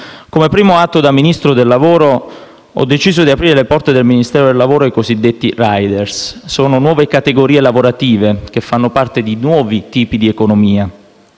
Come primo atto da Ministro del lavoro ho deciso di aprire le porte del Ministero del lavoro ai cosiddetti *riders*, nuove categorie lavorative che fanno parte di nuovi tipi di economia.